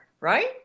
right